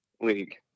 league